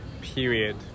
period